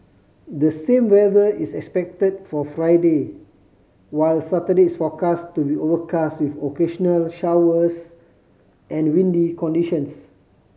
the same weather is expected for Friday while Saturday is forecast to be overcast with occasional showers and windy conditions